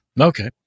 Okay